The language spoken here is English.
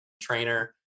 trainer